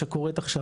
שקורית עכשיו,